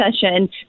session